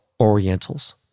Orientals